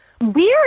Weird